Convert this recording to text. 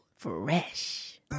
Fresh